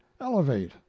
elevate